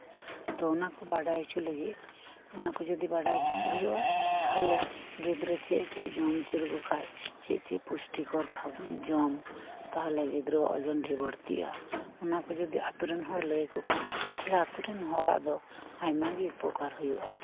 ᱛᱚ ᱚᱱᱟ ᱠᱚ ᱵᱟᱰᱟᱭ ᱦᱚᱪᱚ ᱞᱟᱹᱜᱤᱫ ᱚᱱᱟᱠᱚ ᱡᱩᱫᱤ ᱵᱟᱰᱟᱭ ᱦᱚᱪᱚ ᱠᱚ ᱦᱩᱭᱩᱜᱼᱟ ᱛᱟᱞᱦᱮ ᱜᱤᱫᱽᱨᱟᱹ ᱪᱮᱫ ᱪᱮᱫ ᱡᱚᱢ ᱦᱚᱪᱚ ᱞᱮᱠᱚ ᱠᱷᱟᱡ ᱪᱮᱫ ᱪᱮᱫ ᱯᱩᱥᱴᱤᱠᱚᱨ ᱡᱚᱢ ᱛᱟᱞᱦᱮ ᱜᱤᱫᱽᱨᱟᱹᱣᱟᱜ ᱚᱡᱚᱱ ᱵᱟᱲᱛᱤᱜᱼᱟ ᱚᱱᱟ ᱠᱚ ᱟᱛᱳ ᱨᱮᱱ ᱦᱚᱲ ᱞᱟᱹᱭᱟᱠᱚ ᱠᱷᱟᱱ ᱛᱟᱞᱦᱮ ᱟᱛᱳ ᱨᱮᱱ ᱦᱚᱲᱟᱜ ᱫᱚ ᱟᱭᱢᱟ ᱜᱮ ᱩᱯᱚᱠᱟᱨ ᱦᱳᱭᱳᱜᱼᱟ